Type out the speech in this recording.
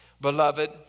Beloved